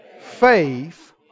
faith